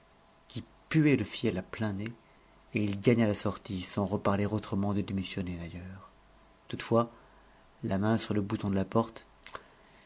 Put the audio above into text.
qui puait le fiel à plein nez et il gagna la sortie sans reparler autrement de démissionner d'ailleurs toutefois la main sur le bouton de la porte